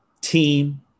team